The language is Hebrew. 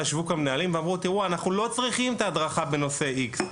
ישבו גם מנהלים ואמרו: תראו אנחנו לא צריכים את ההדרכה בנושא X,